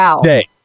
stay